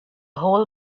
whole